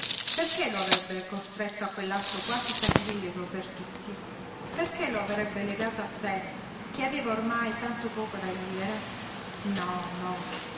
perché lo avrebbe costretto a quell'atto quasi sacrilego per tutti perché lo avrebbe legato a sé che aveva ormai tanto poco da vivere no no